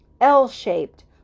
L-shaped